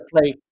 play